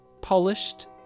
polished